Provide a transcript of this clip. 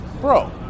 bro